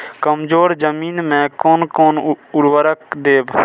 कमजोर जमीन में कोन कोन उर्वरक देब?